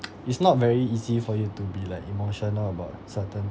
it's not very easy for you to be like emotional about certain